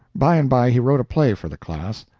by and by he wrote a play for the class,